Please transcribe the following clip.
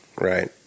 right